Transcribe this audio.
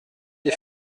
des